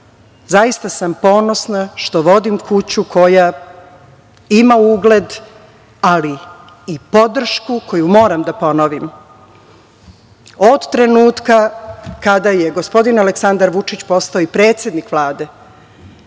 sam ponosna što vodim kuću koja ima ugled, ali i podršku koju moram da ponovim. Od trenutka kada je gospodin Aleksandar Vučić postao i predsednik Vlade,